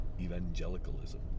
evangelicalism